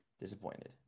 disappointed